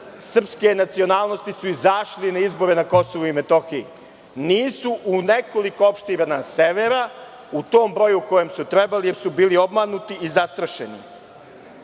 srpske nacionalnosti su izašli na izbore na KiM. Nisu u nekoliko opština severa u tom broju u kojem su trebali, jer su bili obmanuti i zastrašeni.